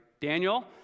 Daniel